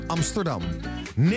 Amsterdam